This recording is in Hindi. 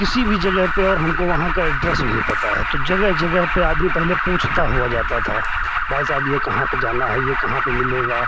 किसी भी जगह पे और हमको वहाँ का एड्रेस नहीं पता है तो जगह जगह पे आदमी पहले पूछता हुआ जाता था भाई साहब ये कहाँ पे जाना है ये कहाँ पे मिलेगा